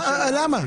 אבל למה?